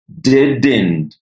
deadened